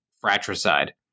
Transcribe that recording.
fratricide